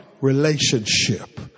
relationship